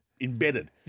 embedded